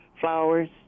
flowers